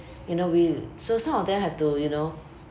you know we so some of them have to you know